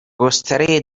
گستره